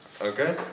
Okay